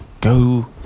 go